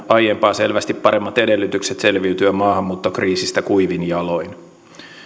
aiempaa selvästi paremmat edellytykset selviytyä maahanmuuttokriisistä kuivin jaloin